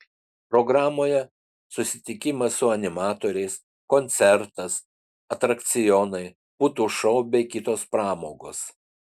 programoje susitikimas su animatoriais koncertas atrakcionai putų šou bei kitos pramogos